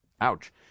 ouch